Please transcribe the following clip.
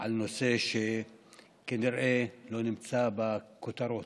על נושא שכנראה לא נמצא בכותרות.